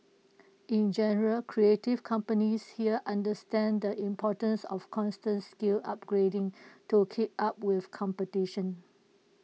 in general creative companies here understand the importance of constant skills upgrading to keep up with competition